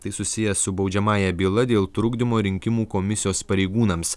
tai susiję su baudžiamąja byla dėl trukdymo rinkimų komisijos pareigūnams